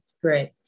great